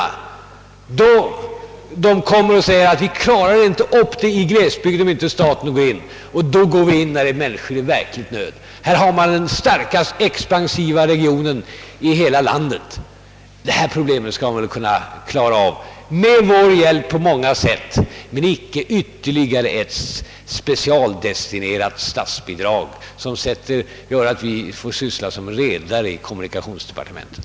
Man säger där att man inte kommer att kunna klara av det hela, om inte staten träder till, och då anser vi att vi bör göra det när människorna är i verklig nöd. Här gäller det ju den starkast expansiva regionen i hela landet. Det problem det är fråga om skall väl kunna lösas med vår hjälp på många sätt men icke genom ytterligare ett specialdestinerat statsanslag som innebär att vi får syssla som redare i kommunikationsdepartementet.